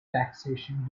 taxation